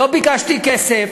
לא ביקשתי כסף,